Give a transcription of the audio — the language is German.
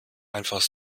einfach